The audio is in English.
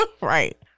Right